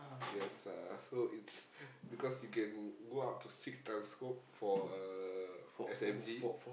yes uh so it's because you can go up to six times scope for uh S_M_G